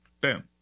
Boom